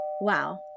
Wow